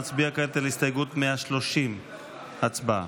נצביע כעת על הסתייגות 130. הצבעה.